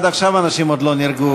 עד עכשיו אנשים עוד לא נרגעו,